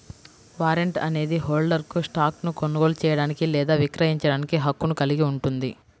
warrant అనేది హోల్డర్కు స్టాక్ను కొనుగోలు చేయడానికి లేదా విక్రయించడానికి హక్కును కలిగి ఉంటుంది